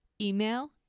Email